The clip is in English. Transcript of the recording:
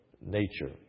nature